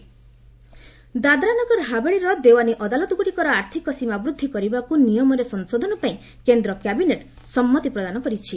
cabinet Dadra Nagar Dadra Nagar ହାବେଳିର ଦେଓ୍ୱାନୀ ଅଦାଲତଗୁଡ଼ିକର ଆର୍ଥକ ସୀମା ବୃଦ୍ଧି କରିବାକୁ ନିୟମରେ ସଂଶୋଧନ ପାଇଁ କେନ୍ଦ୍ର କ୍ୟାବିନେଟ ସମ୍ମତି ପ୍ରଦାନ କରିଛି